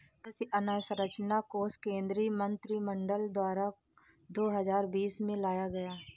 कृषि अंवसरचना कोश केंद्रीय मंत्रिमंडल द्वारा दो हजार बीस में लाया गया